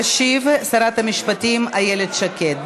תשיב שרת המשפטים איילת שקד.